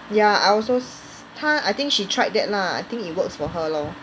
ya I also s~ 她 I think she tried that lah I think it works for her lor